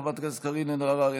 חברת הכנסת קארין אלהרר,